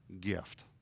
gift